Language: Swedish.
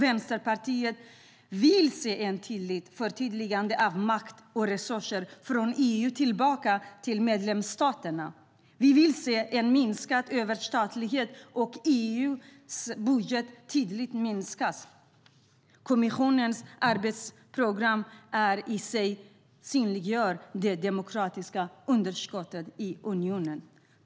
Vänsterpartiet vill se en tydlig förflyttning av makt och resurser från EU tillbaka till medlemsstaterna. Vi vill se en minskad överstatlighet och att EU:s budget tydligt minskas. Kommissionens arbetsprogram i sig synliggör det demokratiska underskottet i unionen.